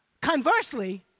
Conversely